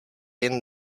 jen